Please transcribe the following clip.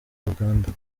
uganda